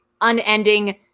unending